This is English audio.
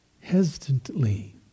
Hesitantly